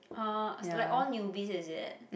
ah it's like all newbies is it